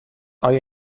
آیا